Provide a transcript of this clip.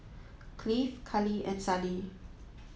Cleave Kalie and Sallie